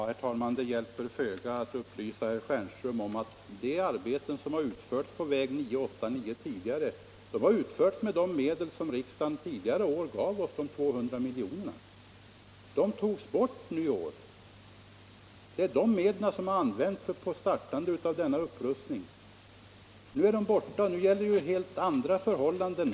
Herr talman! Det hjälper föga att upplysa herr Stjernström om att de arbeten som tidigare utförts på väg 989 har utförts tack vare de medel som riksdagen gav under tidigare år. Men de 200 miljonerna togs bort i år, och nu gäller helt andra förhållanden.